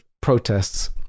protests